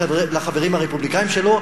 לחברים הרפובליקנים שלו,